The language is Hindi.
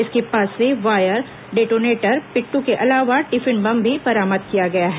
इसके पास से वायर डेटोनेटर पिट्ठू के अलावा टिफिन बम भी बरामद किया गया है